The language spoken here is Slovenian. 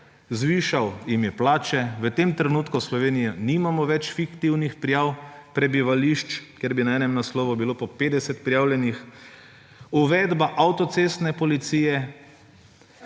zvišal jim je plače. V tem trenutku v Sloveniji nimamo več fiktivnih prijav prebivališč, kjer bi na enem naslovu bilo po 50 prijavljenih. Uvedba avtocestne policije.